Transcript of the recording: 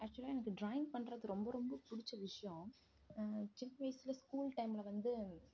ஆக்சுவலாக எனக்கு டிராயிங் பண்ணுறது ரொம்ப ரொம்ப பிடிச்ச விஷயம் சின்ன வயசில் ஸ்கூல் டைமில் வந்து